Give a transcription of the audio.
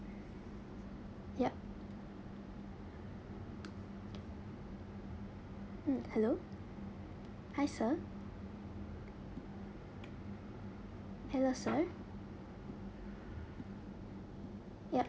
yup mm hello hi sir hello sir yup